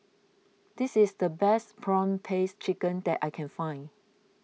this is the best Prawn Paste Chicken that I can find